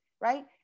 right